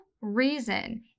reason